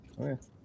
Okay